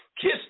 kiss